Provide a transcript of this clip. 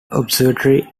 observatory